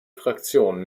fraktion